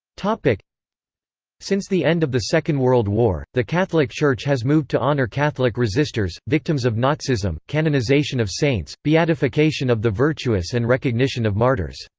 since the end of the second world war, the catholic church has moved to honour catholic resistors, victims of nazism, canonisation of saints, beatification of the virtuous and recognition of martyrs.